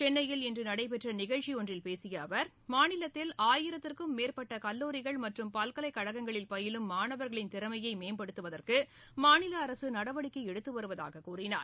சென்னையில் இன்று நடைபெற்ற நிகழ்ச்சி ஒன்றில் பேசிய அவர் மாநிலத்தில் ஆயிரத்திற்கும் மேற்பட்ட கல்லூரிகள் மற்றும் பல்கலைக்கழகங்களில் பயிலும் மாணவர்களின் திறமையை மேம்படுத்துவதற்கு மாநில அரசு நடவடிக்கை எடுத்து வருவதாகக் கூறினார்